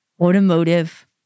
Automotive